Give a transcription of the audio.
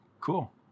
Cool